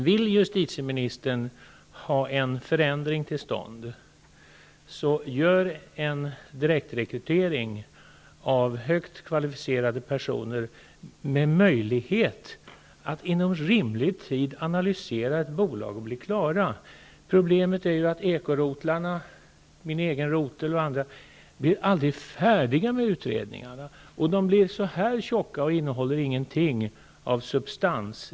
Om justitieministern vill ha en förändring till stånd, bör hon göra en direktrekrytering av högt kvalificerade personer, med möjlighet att inom rimlig tid analysera ett bolag och att bli klara. Problemet är ju att ekorotlarna -- min egen och andra -- aldrig blir färdiga med utredningarna, som blir tjocka men inte innehåller någonting av substans.